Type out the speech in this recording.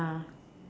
ya